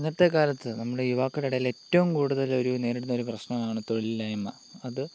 ഇന്നത്തെ കാലത്ത് നമ്മുടെ യുവാക്കളുടെ ഇടയിൽ ഏറ്റവും കൂടുതൽ നേരിടുന്ന ഒരു പ്രശ്നമാണ് തൊഴിൽ ഇല്ലായ്മ അത്